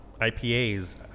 IPAs